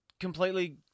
completely